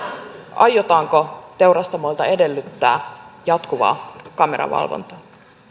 aiotaanko teurastamoilta edellyttää jatkuvaa kameravalvontaa